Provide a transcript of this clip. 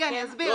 כן.